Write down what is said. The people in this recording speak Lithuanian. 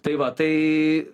tai va tai